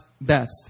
best